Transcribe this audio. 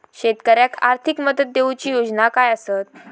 शेतकऱ्याक आर्थिक मदत देऊची योजना काय आसत?